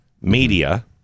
media